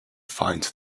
find